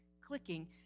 clicking